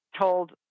told